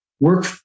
work